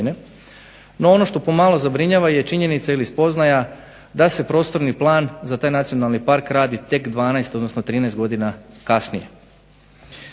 No ono što pomalo zabrinjava je činjenica ili spoznaja da se prostorni plan za taj nacionalni park radi tek 12, odnosno 13 godina kasnije.